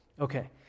Okay